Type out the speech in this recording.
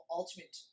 ultimate